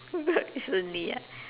recently ah